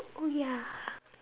oh ya